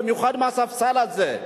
במיוחד מהספסל הזה,